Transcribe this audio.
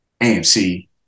AMC